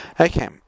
Okay